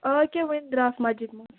آ یِکیٛاہ وۅنۍ درٛاس مسجِد منٛز